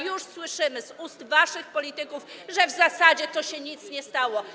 Już słyszymy z ust waszych polityków, że w zasadzie to nic się nie stało.